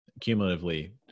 Cumulatively